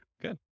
Good